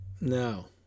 No